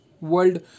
world